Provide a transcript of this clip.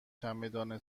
چمدان